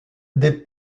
des